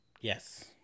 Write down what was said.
Yes